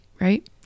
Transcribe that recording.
Right